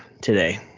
today